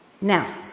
Now